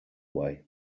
way